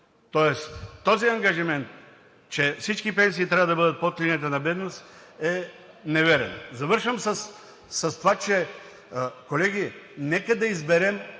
Тоест този ангажимент, че всички пенсии трябва да бъдат под линията на бедност е неверен. Завършвам с това. Колеги, нека да изберем